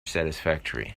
satisfactory